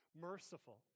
Merciful